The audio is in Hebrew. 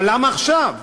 אבל למה עכשיו?